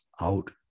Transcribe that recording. out